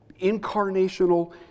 incarnational